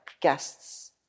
guests